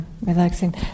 relaxing